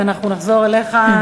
ואנחנו נחזור אליך,